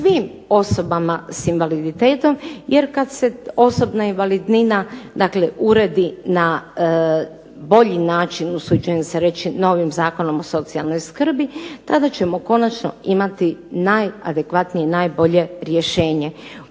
svim osobama s invaliditetom jer kad se osobna invalidnina uredi na bolji način usuđujem se reći novim Zakonom o socijalnoj skrbi tada ćemo konačno imati najadekvatnije i najbolje rješenje.